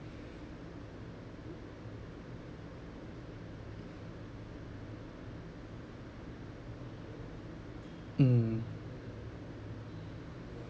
mm